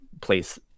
place